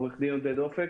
אני עורך דין עודד אופק,